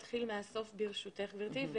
נתחיל מהסוף ברשותך גברתי,